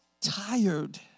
tired